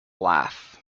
laugh